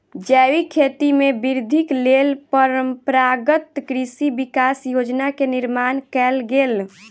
जैविक खेती में वृद्धिक लेल परंपरागत कृषि विकास योजना के निर्माण कयल गेल